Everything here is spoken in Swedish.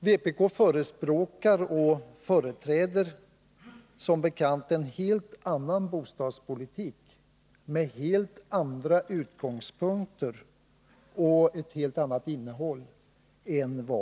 Vpk förespråkar och företräder en helt annan bostadspolitik än regeringen, med helt andra utgångspunkter och ett helt annat innehåll.